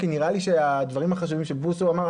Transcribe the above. נראה לי שהדברים החשובים שחבר הכנסת בוסו אמר,